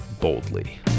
boldly